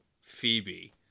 Phoebe